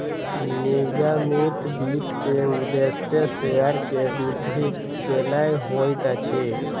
निगमित वित्त के उदेश्य शेयर के वृद्धि केनै होइत अछि